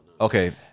Okay